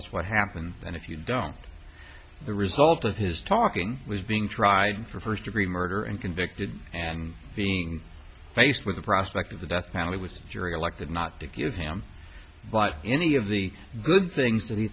us what happened and if you don't the result of his talking was being tried for first degree murder and convicted and being faced with the prospect of the death penalty with the jury elected not to give him but any of the good things that he